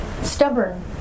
Stubborn